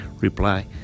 reply